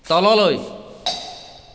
তললৈ